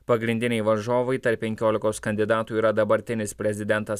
pagrindiniai varžovai tarp penkiolikos kandidatų yra dabartinis prezidentas